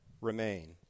remain